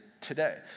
today